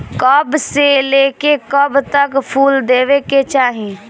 कब से लेके कब तक फुल देवे के चाही?